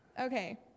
okay